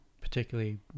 particularly